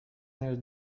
nel